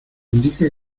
indica